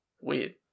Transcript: Weird